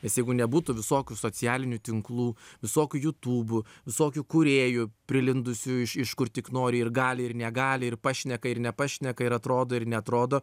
nes jeigu nebūtų visokių socialinių tinklų visokių jūtūbų visokių kūrėjų prilindusių iš iš kur tik nori ir gali ir negali ir pašneka ir nepašneka ir atrodo ir neatrodo